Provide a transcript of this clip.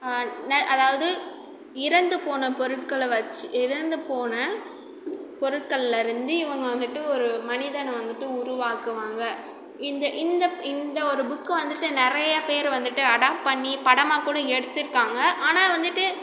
நெ அதாவது இறந்து போன பொருட்களை வச்சு இறந்து போன பொருட்களில் இருந்து இவங்க வந்துவிட்டு ஒரு மனிதனை வந்துவிட்டு உருவாக்குவாங்க இந்த இந்த இந்த ஒரு புக்கு வந்துவிட்டு நிறையா பேர் வந்துவிட்டு அடாப்ட் பண்ணி படமாக கூட எடுத்துருக்காங்க ஆனால் வந்துவிட்டு